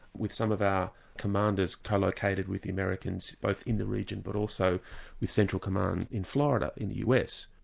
with some of our commanders co-located with the americans both in the region, but also with central command in florida in the us.